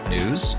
News